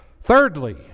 Thirdly